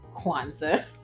Kwanzaa